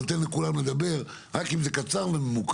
אני נותן לכולם לדבר, רק אם זה קצר וממוקד.